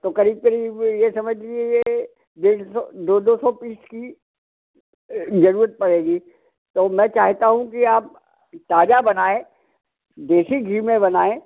तो क़रीब क़रीब ये समझ लीजिए डेढ़ सौ दो दो सौ पीस की ज़रूरत पड़ेगी तो मैं चाहता हूँ कि आप ताज़ा बनाऍं देसी घी में बनाऍं